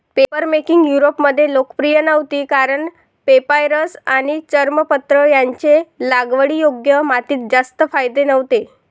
papermaking युरोपमध्ये लोकप्रिय नव्हती कारण पेपायरस आणि चर्मपत्र यांचे लागवडीयोग्य मातीत जास्त फायदे नव्हते